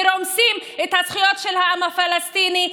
ורומסים את הזכויות של העם הפלסטיני,